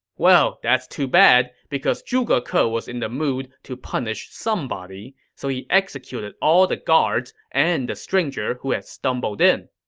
well, that's too bad, because zhuge ke ah was in the mood to punish somebody, so he executed all the guards and the stranger who had stumbled in.